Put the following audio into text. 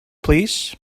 plîs